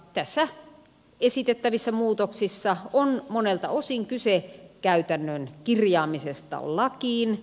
tässä esitettävissä muutoksissa on monelta osin kyse käytännön kirjaamisesta lakiin